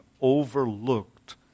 overlooked